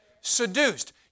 Seduced